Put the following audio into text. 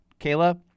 Kayla –